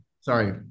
Sorry